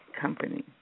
company